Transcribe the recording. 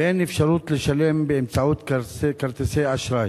ואין אפשרות לשלם באמצעות כרטיסי אשראי.